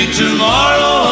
tomorrow